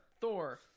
Thor